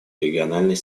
региональной